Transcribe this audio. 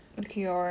a cure